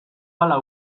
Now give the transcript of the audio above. hala